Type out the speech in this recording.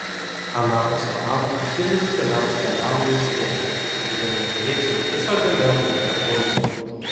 anapus atlanto kilus dideliam skandalui aiškėja kad amerikiečiai tiesiog galėjo būti apmulkinti